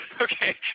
okay